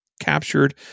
captured